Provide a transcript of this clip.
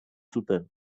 zuten